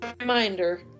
reminder